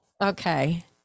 okay